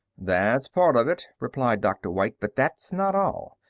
that's part of it, replied dr. white, but that's not all.